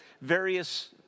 various